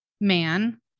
man